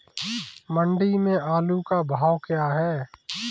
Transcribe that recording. मंडी में आलू का भाव क्या है?